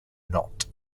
knott